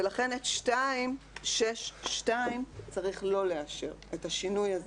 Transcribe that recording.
ולכן צריך לא לאשר את 6(2), את השינוי הזה